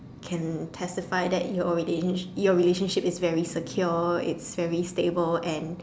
can testify that your relation your relationship is very secure its very stable and